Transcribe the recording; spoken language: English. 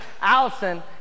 Allison